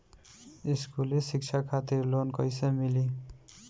स्कूली शिक्षा खातिर लोन कैसे मिली?